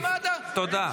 תודה.